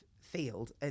field